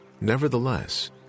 Nevertheless